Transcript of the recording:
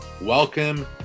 Welcome